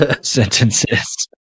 sentences